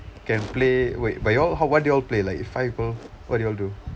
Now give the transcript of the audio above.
can play wait but you all how what do you all play like five people what do you all do